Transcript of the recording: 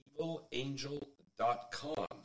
evilangel.com